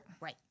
Right